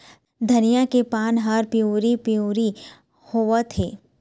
धनिया के पान हर पिवरी पीवरी होवथे?